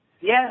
Yes